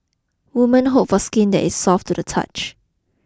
women hope for skin that is soft to the touch